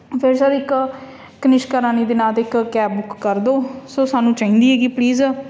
ਫਿਰ ਸਰ ਇੱਕ ਕਨਿਸ਼ਕਾ ਰਾਣੀ ਦੇ ਨਾਂ 'ਤੇ ਇੱਕ ਕੈਬ ਬੁੱਕ ਕਰ ਦਿਓ ਸੋ ਸਾਨੂੰ ਚਾਹੀਦੀ ਹੈਗੀ ਪਲੀਜ਼